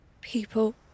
People